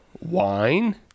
wine